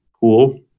cool